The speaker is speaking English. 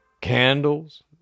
candles